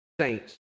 saints